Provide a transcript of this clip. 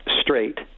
straight